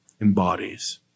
embodies